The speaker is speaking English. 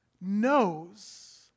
knows